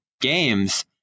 games